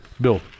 Bill